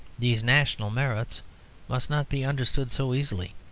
these national merits must not be understood so easily.